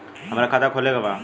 हमार खाता खोले के बा?